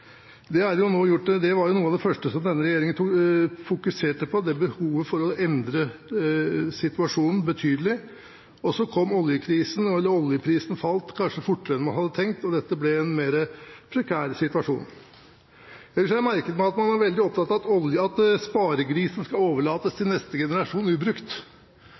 Det var noe av det første som denne regjeringen fokuserte på, behovet for å endre situasjonen betydelig. Så falt oljeprisen kanskje fortere enn man hadde tenkt, og dette ble en mer prekær situasjon. Ellers har jeg merket meg at man er veldig opptatt av at sparegrisen skal overlates til neste generasjon urørt. Jeg tenker som så at det vi skal overlate til neste generasjon,